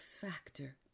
factor